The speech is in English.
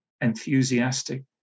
enthusiastic